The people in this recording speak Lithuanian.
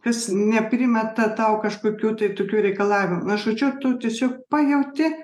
kas neprimeta tau kažkokių tai tokių reikalavimų na žodžiu tu tiesiog pajauti